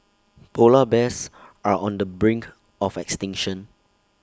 Polar Bears are on the brink of extinction